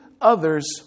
others